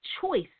choice